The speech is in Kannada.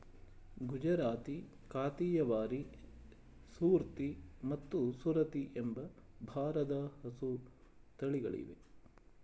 ಗುಜರಾತಿ, ಕಾಥಿಯವಾರಿ, ಸೂರ್ತಿ ಮತ್ತು ಸುರತಿ ಎಂಬ ಭಾರದ ಹಸು ತಳಿಗಳಿವೆ